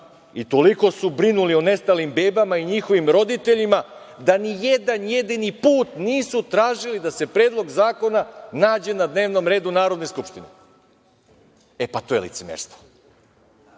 i toliko su brinuli o nestalim bebama i njihovim roditeljima da ni jedan jedini put nisu tražili da se predlog zakona nađe na dnevnom redu Narodne skupštine. E, pa to je licemerstvo.